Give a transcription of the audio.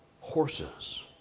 horses